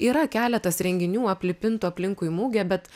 yra keletas renginių aplipintų aplinkui mugę bet